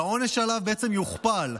והעונש שלו בעצם יוכפל.